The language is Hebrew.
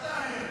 אל תאיים.